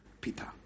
Peter